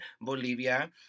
Bolivia